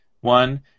one